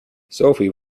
sophie